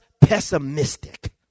pessimistic